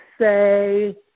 say